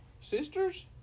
Sisters